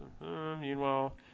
Meanwhile